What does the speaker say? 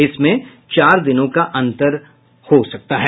इसमें चार दिनों का अंतर हो सकता है